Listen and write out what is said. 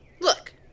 Look